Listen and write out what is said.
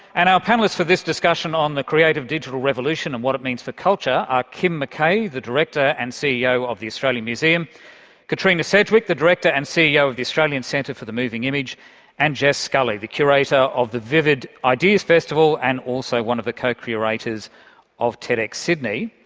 and our panellists for this discussion on the creative, digital revolution and what it means for culture are kim mckay, the director and ceo of the australian museum katrina sedgwick, the director and ceo of the australian centre for the moving image and jess scully, the curator of the vivid ideas festival, and also one of the co-curators of tedxsydney.